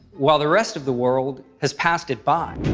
while the rest of the world has passed it by.